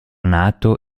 nato